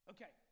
Okay